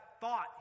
thought